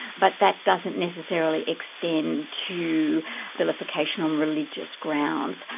but that doesn't necessarily extend to vilification on religious grounds.